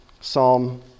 Psalm